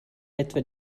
etwa